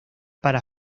para